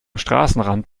straßenrand